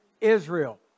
Israel